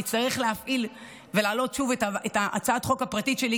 אני אצטרך להפעיל ולהעלות שוב את הצעת החוק הפרטית שלי,